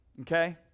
Okay